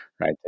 right